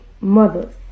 mothers